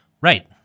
Right